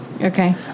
Okay